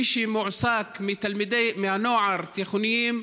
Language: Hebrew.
מי שמועסק מהנוער, מהתיכונים,